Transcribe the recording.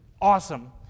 awesome